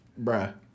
bruh